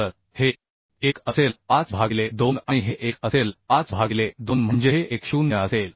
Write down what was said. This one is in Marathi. तर हे 1 असेल 5 भागिले 2 आणि हे 1 असेल 5 भागिले 2 म्हणजे हे 1 0 असेल